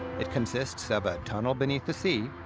it consists of a tunnel beneath the sea,